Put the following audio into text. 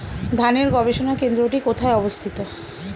ধানের গবষণা কেন্দ্রটি কোথায় অবস্থিত?